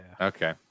Okay